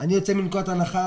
אני יוצא מנקודת הנחה,